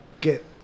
get